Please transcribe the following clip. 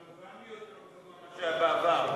אבל הוא גם יותר גבוה מאשר היה בעבר.